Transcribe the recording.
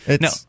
no